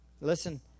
Listen